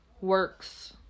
works